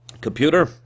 computer